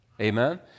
Amen